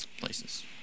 Places